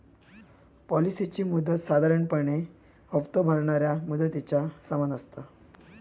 पॉलिसीची मुदत साधारणपणे हप्तो भरणाऱ्या मुदतीच्या समान असता